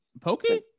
Pokey